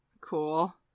Cool